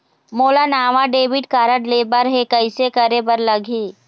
मोला नावा debit card लेबर हे, कइसे करे बर लगही?